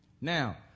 Now